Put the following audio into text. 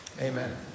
Amen